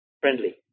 Friendly